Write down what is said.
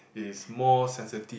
is more sensitive